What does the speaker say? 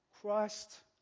Christ